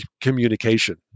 communication